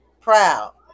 proud